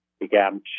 began